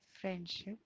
friendship